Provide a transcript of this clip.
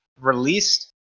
released